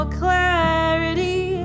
clarity